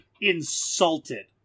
insulted